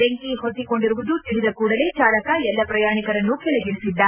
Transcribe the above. ಬೆಂಕಿ ಹೊತ್ತಿಕೊಂಡಿರುವುದು ತಿಳಿದ ಕೂಡಲೆ ಜಾಲಕ ಎಲ್ಲಾ ಪ್ರಯಾಣಿಕರನ್ನು ಕೆಳಗಿಳಿಸಿದ್ದ